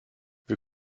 wir